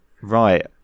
Right